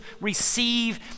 receive